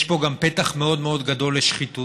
יש פה גם פתח מאוד מאוד גדול לשחיתות.